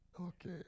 Okay